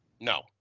No